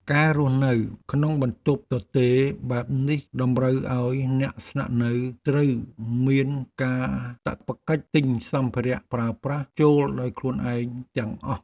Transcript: ការរស់នៅក្នុងបន្ទប់ទទេរបែបនេះតម្រូវឱ្យអ្នកស្នាក់នៅត្រូវមានកាតព្វកិច្ចទិញសម្ភារៈប្រើប្រាស់ចូលដោយខ្លួនឯងទាំងអស់។